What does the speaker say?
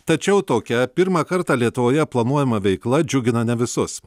tačiau tokia pirmą kartą lietuvoje planuojama veikla džiugina ne visus